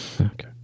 Okay